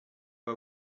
pas